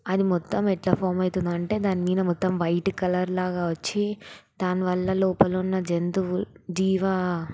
అది మొత్తము ఎట్ల ఫామ్ అవుతుందంటే దాని మీద మొత్తం వైట్ కలర్లాగా వచ్చి దానివల్ల లోపల ఉన్న జంతువులు జీవ